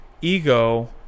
ego